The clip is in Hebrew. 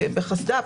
בחסד"פ,